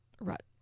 rut